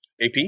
AP